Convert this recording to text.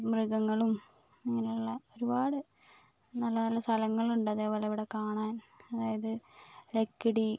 മൃഗങ്ങളും അങ്ങനെയുള്ള ഒരുപാട് നല്ല നല്ല സ്ഥലങ്ങളുണ്ട് അതേപോലെ ഇവിടെ കാണാൻ അതായത് ലക്കിടി